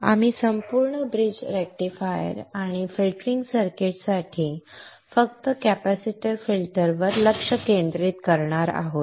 आपण full bridge rectifier आणि filtering सर्किटसाठी फक्त कॅपेसिटर फिल्टर वर लक्ष केंद्रित करणार आहोत